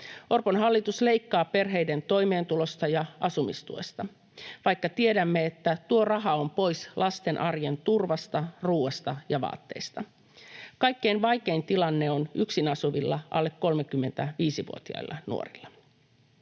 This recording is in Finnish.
Orpon hallitus leikkaa perheiden toimeentulosta ja asumistuesta, vaikka tiedämme, että tuo raha on pois lasten arjen turvasta, ruuasta ja vaatteista. Kaikkein vaikein tilanne on yksin asuvilla alle 35-vuotiailla nuorilla.